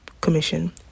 Commission